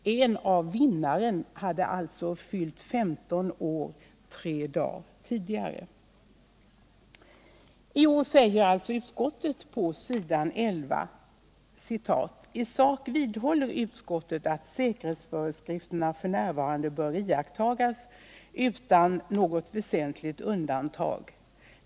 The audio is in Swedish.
En av vinnarna hade alltså fyllt 15 år tre dagar tidigare. ”I sak vidhåller utskottet att säkerhetsföreskrifterna f. n. bör iakttas utan något väsentligt undantag.